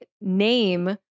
name